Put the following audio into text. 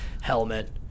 helmet